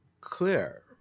clear